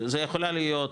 זו יכולה להיות,